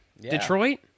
Detroit